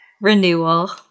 renewal